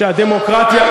שהדמוקרטיה,